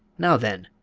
now, then,